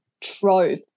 Trove